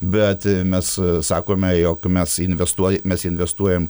bet mes sakome jog mes investuoj mes investuojam